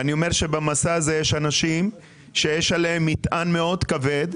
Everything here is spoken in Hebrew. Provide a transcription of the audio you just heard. ואני אומר שבמסע הזה יש אנשים שיש עליהם מטען מאוד כבד,